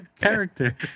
character